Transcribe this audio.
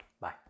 bye